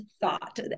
thought